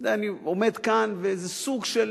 אני עומד כאן, וזה סוג של,